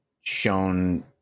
shown